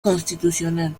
constitucional